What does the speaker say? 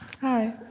Hi